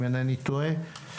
אם אינני טועה.